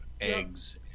eggs